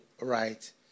right